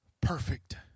perfect